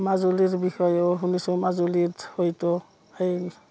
মাজুলীৰ বিষয়েও শুনিছোঁ মাজুলীৰত হয়তো সেই